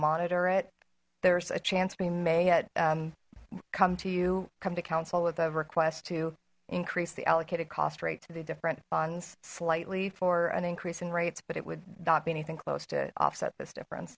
monitor it there's a chance we may it come to you come to council with a request to increase the allocated cost rate to the different funds slightly for an increase in rates but it would not be anything close to offset this difference